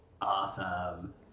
Awesome